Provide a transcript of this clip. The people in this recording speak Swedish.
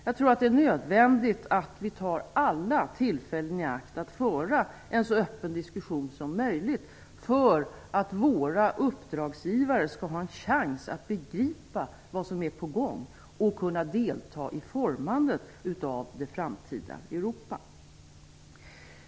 Jag tror att det är nödvändigt att vi tar alla tillfällen i akt att föra en så öppen diskussion som möjligt för att våra uppdragsgivare skall ha en chans att begripa vad som är på gång och kunna delta i formandet av det framtida Europa.